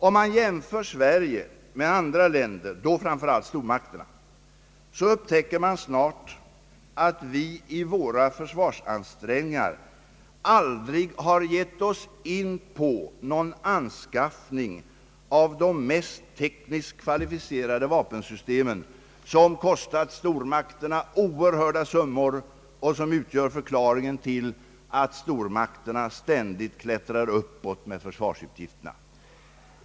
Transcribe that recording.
Om man jämför Sverige med andra länder, då framför allt stormakterna, upptäcker man snart att vi i våra försvarsansträngningar aldrig har gett oss in på någon anskaffning av de mest tekniskt kvalificerade vapensystem som kostat stormakterna oerhörda summor och som utgör förklaringen till att stormakternas försvarsutgifter ständigt klättrar uppåt.